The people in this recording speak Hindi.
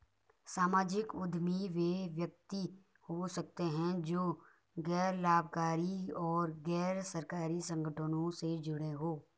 सामाजिक उद्यमी वे व्यक्ति हो सकते हैं जो गैर लाभकारी और गैर सरकारी संगठनों से जुड़े हों